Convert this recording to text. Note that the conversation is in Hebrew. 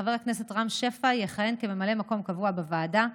חבר הכנסת רם שפע יכהן כממלא מקום קבוע בוועדה,